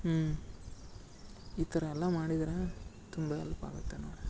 ಹ್ಞೂ ಈ ಥರ ಎಲ್ಲ ಮಾಡಿದ್ರೆ ತುಂಬ ಎಲ್ಪ್ ಆಗುತ್ತೆ ನಮ್ಗೆ